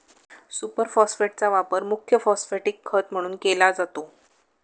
super फॉस्फेटचा वापर मुख्य फॉस्फॅटिक खत म्हणून केला जातो